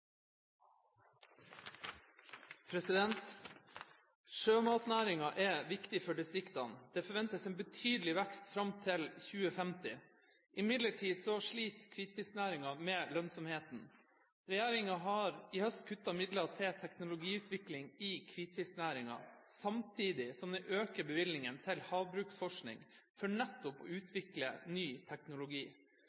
2050. Imidlertid sliter hvitfisknæringa med lønnsomheten. Regjeringa har i høst kuttet i midler til teknologiutvikling i hvitfisknæringa, samtidig som den økte bevilgningene til havbruksforskning – for nettopp å